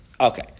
Okay